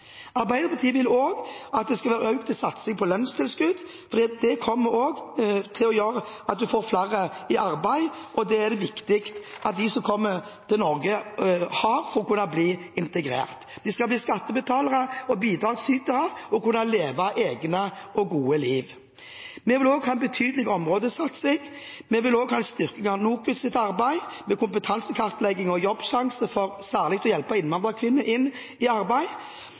Arbeiderpartiet vil også at det skal være økt satsing på lønnstilskudd, fordi det også kommer til å gjøre at du får flere i arbeid, og det er det viktig at de som kommer til Norge, er, for å kunne bli integrert. De skal bli skattebetalere og bidragsytere og kunne leve egne og gode liv. Vi vil også ha en betydelig områdesatsing, vi vil også ha en styrking av NOKUTs arbeid med kompetansekartlegging og Jobbsjansen for særlig å hjelpe innvandrerkvinner ut i arbeid.